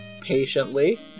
patiently